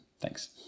Thanks